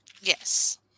Yes